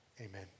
amen